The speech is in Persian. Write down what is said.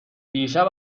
دیشب